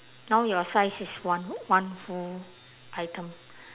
now your size is one one full item